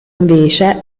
invece